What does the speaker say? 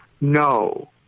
no